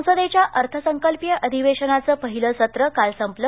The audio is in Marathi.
संसदेच्या अर्थसंकल्पीय अधिवेशनाचं पहिलं सत्र काल संपलं